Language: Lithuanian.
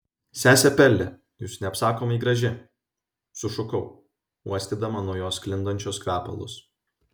sese perle jūs neapsakomai graži sušukau uostydama nuo jos sklindančius kvepalus